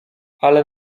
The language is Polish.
ale